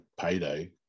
payday